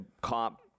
cop